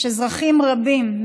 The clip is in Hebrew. יש אזרחים רבים,